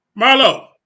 Marlo